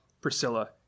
Priscilla